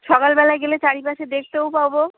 সকালবেলায় গেলে চারিপাশে দেখতেও পাবো